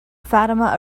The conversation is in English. fatima